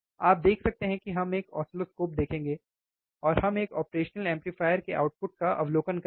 आप देख सकते हैं कि हम एक ऑसिलोस्कोप देखेंगे और हम एक ऑपरेशनल एम्पलीफायर के आउटपुट का अवलोकन करेंगे